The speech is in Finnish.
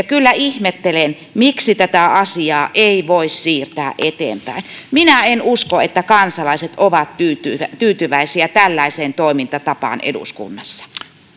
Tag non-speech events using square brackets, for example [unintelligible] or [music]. [unintelligible] kyllä ihmettelen miksi tätä asiaa ei voi siirtää eteenpäin minä en usko että kansalaiset ovat tyytyväisiä tyytyväisiä tällaiseen toimintatapaan eduskunnassa